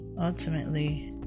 ultimately